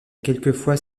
quelquefois